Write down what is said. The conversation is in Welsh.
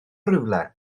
rywle